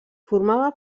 formava